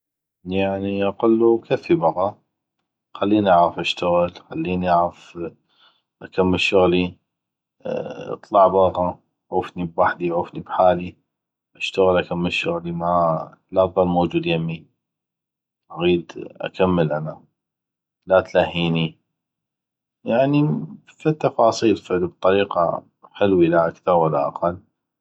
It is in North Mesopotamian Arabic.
يعني اقلو كفي بقى خليني اعغف اشتغل خليني اعغف اكمل شغلي اطلع بغه عوفني ببحدي عوفني بحالي اشتغل اكمل شغلي لا تظل موجود يمي اغيد اكمل انا لا تلهيني يعني فد تفاصيل فد بطريقة حلوي لا اكثغ ولا اقل